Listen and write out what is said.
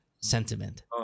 sentiment